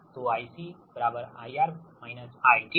तो IC IR I ठीक